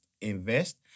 INVEST